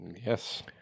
Yes